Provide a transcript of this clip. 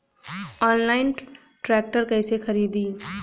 Online tractor कैसे खरदी?